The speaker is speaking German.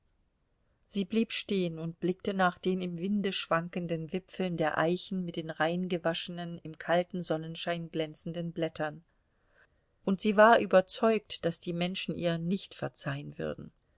sie blieb stehen und blickte nach den im winde schwankenden wipfeln der eichen mit den reingewaschenen im kalten sonnenschein glänzenden blättern und sie war überzeugt daß die menschen ihr nicht verzeihen würden